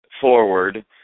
forward